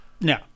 No